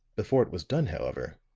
before it was done, however,